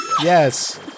Yes